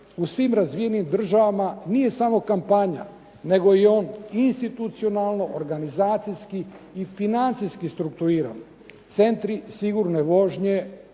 u svim razvijenim državama nije samo kampanja nego je on institucionalno, organizacijski i financijski struktuiran. Centri sigurne vožnje